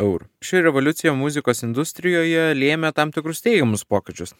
eurų ši revoliucija muzikos industrijoje lėmė tam tikrus teigiamus pokyčius